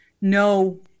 no